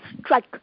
strike